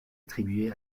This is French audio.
attribués